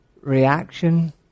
Reaction